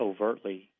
overtly